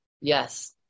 Yes